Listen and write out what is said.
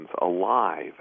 alive